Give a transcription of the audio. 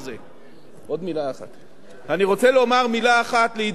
אני רוצה לומר מלה אחת לידידתי זהבה גלאון